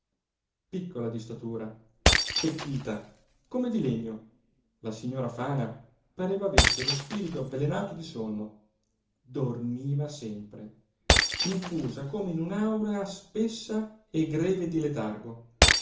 piccola di statura stecchita come di legno la signora fana pareva avesse lo spirito avvelenato di sonno dormiva sempre infusa come in un'aura spessa e greve di letargo